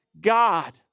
God